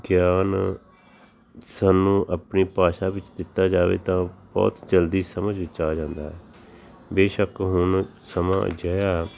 ਗਿਆਨ ਸਾਨੂੰ ਆਪਣੀ ਭਾਸ਼ਾ ਵਿੱਚ ਦਿੱਤਾ ਜਾਵੇ ਤਾਂ ਬਹੁਤ ਜਲਦੀ ਸਮਝ ਵਿੱਚ ਆ ਜਾਂਦਾ ਬੇਸ਼ੱਕ ਹੁਣ ਸਮਾਂ ਅਜਿਹਾ